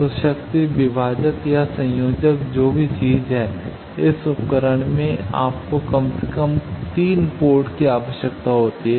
तो शक्ति विभाजक या संयोजक जो भी चीज है इस उपकरण में आपको कम से कम 3 पोर्ट की आवश्यकता है